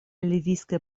ливийское